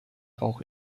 auch